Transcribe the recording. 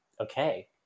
okay